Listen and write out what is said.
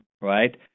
Right